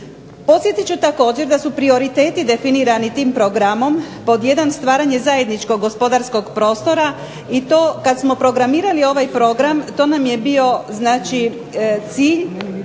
Podsjetit ću također da su prioriteti definirani tim programom pod 1. stvaranje zajedničkog gospodarskog prostora i to kada smo programirali ovaj program to nam je bio znači